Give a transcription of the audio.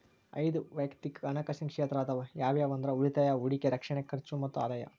ಐದ್ ವಯಕ್ತಿಕ್ ಹಣಕಾಸಿನ ಕ್ಷೇತ್ರ ಅದಾವ ಯಾವ್ಯಾವ ಅಂದ್ರ ಉಳಿತಾಯ ಹೂಡಿಕೆ ರಕ್ಷಣೆ ಖರ್ಚು ಮತ್ತ ಆದಾಯ